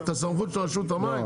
את הסמכות של רשות המים?